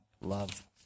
love